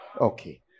Okay